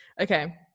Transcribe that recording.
Okay